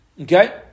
Okay